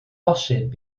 bosib